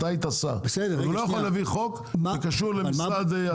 אתה היית שר הוא לא יכול להביא חוק שקשור למשרד החקלאות לבד.